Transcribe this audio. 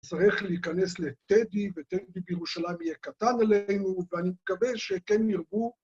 צריך להיכנס לטדי, וטדי בירושלים יהיה קטן עלינו, ואני מקווה שכן ירבו...